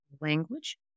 language